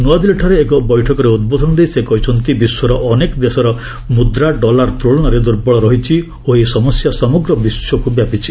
ନୂଆଦିଲ୍ଲୀଠାରେ ଏକ ବୈଠକରେ ଉଦ୍ବୋଧନ ଦେଇ ସେ କହିଛନ୍ତି ବିଶ୍ୱର ଅନେକ ଦେଶର ମୁଦ୍ରା ଡଲାର ତୁଳନାରେ ଦୁର୍ବଳ ରହିଛି ଓ ଏହି ସମସ୍ୟା ସମଗ୍ର ବିଶ୍ୱକୁ ବ୍ୟାପିଛି